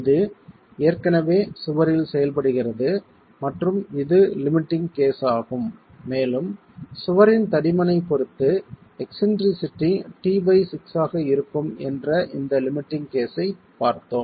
இது ஏற்கனவே சுவரில் செயல்படுகிறது மற்றும் இது லிமிட்டிங் கேஸ் ஆகும் மேலும் சுவரின் தடிமனைப் பொறுத்து எக்ஸ்ன்ட்ரிசிட்டி t6 ஆக இருக்கும் என்ற இந்த லிமிட்டிங் கேஸ்ஸைப் பார்த்தோம்